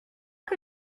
que